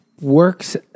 works